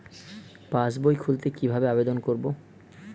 পাসবই খুলতে কি ভাবে আবেদন করব?